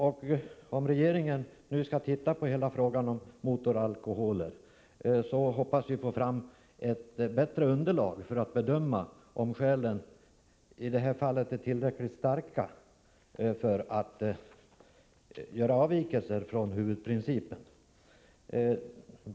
När regeringen nu skall se över hela frågan om motoralkoholer, hoppas vi få fram ett bättre underlag för att bedöma om skälen i detta fall är tillräckligt starka för att göra avvikelser från huvudprincipen.